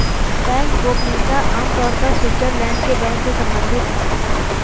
bank गोपनीयता आम तौर पर स्विटज़रलैंड के बैंक से सम्बंधित है